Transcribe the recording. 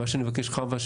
מה שאני מבקש, חוה,